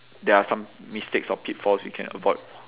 there are some mistakes or pitfalls we can avoid